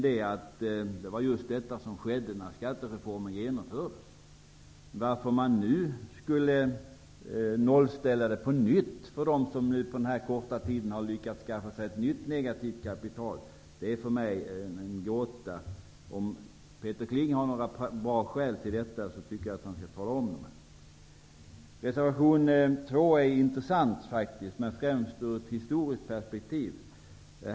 Det var ju just detta som skedde när skattereformen genomfördes. Att man nu på nytt skulle nollställa det för dem som på denna korta tid lyckats skaffa sig ett nytt negativt kapital är för mig en gåta. Om Peter Kling har några bra skäl för detta att framföra tycker jag att han skall göra det. Reservation 2 är faktiskt intressant -- främst ur ett historiskt perspektiv.